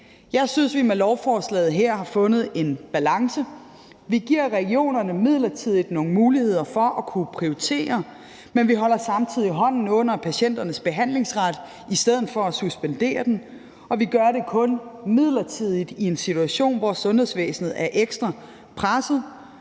Jeg synes, vi med lovforslaget her har fundet en balance. Vi giver midlertidigt regionerne nogle muligheder for at kunne prioritere, men vi holder samtidig hånden under patienternes behandlingsret i stedet for at suspendere den, og vi gør det kun midlertidigt og i en situation, hvor sundhedsvæsenet er ekstra presset.